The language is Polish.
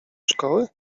szkoły